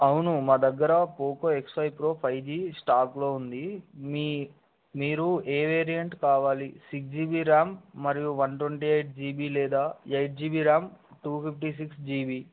అవును మా దగ్గర Poco X five Pro five G స్టాక్లో ఉంది మీ మీరు ఏ వేరియయంట్ కావాలి సిక్స్ జీబీ ర్యామ్ మరియు వన్ ట్వంటీ ఎయిట్ జీబీ లేదా eight GB RAM two fifty six GB